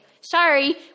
sorry